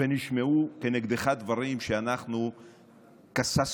ונשמעו כנגדך דברים, אנחנו כססנו